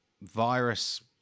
virus